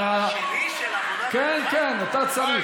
אדוני השר.